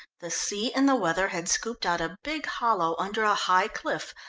the sea and the weather had scooped out a big hollow under a high cliff,